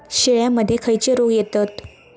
शेळ्यामध्ये खैचे रोग येतत?